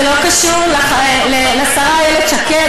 זה לא קשור לשרה איילת שקד,